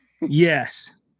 yes